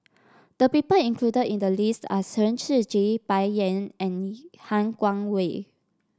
the people included in the list are Chen Shiji Bai Yan and Han Guangwei